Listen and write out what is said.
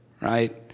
right